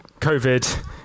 COVID